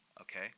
Okay